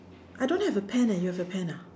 I don't have a pen eh you have a pen ah